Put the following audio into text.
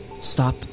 Stop